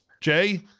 Jay